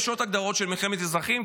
יש עוד הגדרות של מלחמת אזרחים,